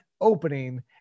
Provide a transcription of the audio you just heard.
opening